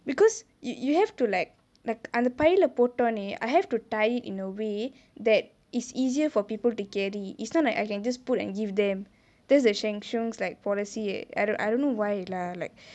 because you you have to like like அந்த பையுலே போட்டொனே:antha paiyule pottone I have to tie it in a way that it's easier for people to carry it's not like I can just put and give them that's the Sheng Siong like policy I I don't know why lah like